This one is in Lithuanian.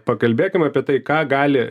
pakalbėkim apie tai ką gali